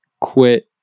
quit